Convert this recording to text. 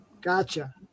Gotcha